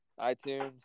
iTunes